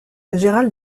gérald